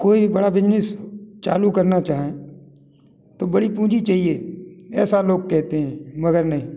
कोई बड़ा बिजनेस चालू करना चाहें तो बड़ी पूँजी चाहिए ऐसा लोग कहते हैं मगर नहीं